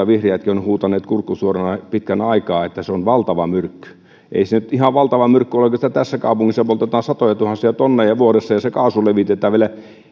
vihreätkin ovat huutaneet kurkku suorana pitkän aikaa että se on valtava myrkky ei se nyt ihan valtava myrkky ole kun sitä tässä kaupungissa poltetaan satojatuhansia tonneja vuodessa ja se kaasu levitetään vielä